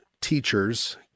teachers